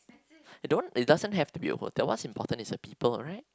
don't it doesn't have to be a hotel what's important is the people right